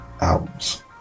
albums